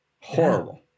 Horrible